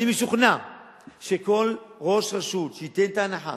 אני משוכנע שכל ראש רשות שייתן את ההנחה